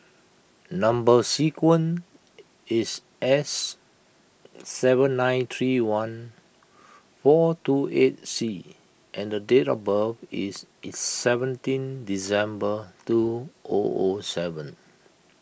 Number Sequence is S seven nine three one four two eight C and date of birth is seventeen December two O O seven